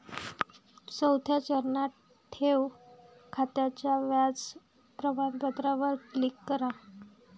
चौथ्या चरणात, ठेव खात्याच्या व्याज प्रमाणपत्रावर क्लिक करा